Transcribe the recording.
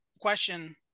question